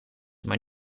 maar